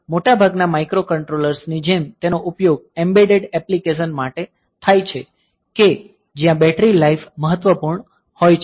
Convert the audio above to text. મોટાભાગના માઇક્રોકન્ટ્રોલર્સ ની જેમ તેનો ઉપયોગ એમ્બેડેડ એપ્લીકેશન માટે થાય છે કે જ્યાં બેટરી લાઈફ મહત્વપૂર્ણ હોય છે